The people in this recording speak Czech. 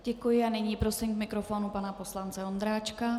Děkuji a nyní prosím k mikrofonu pana poslance Ondráčka.